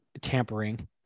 tampering